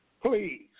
Please